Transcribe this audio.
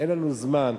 אין לנו זמן.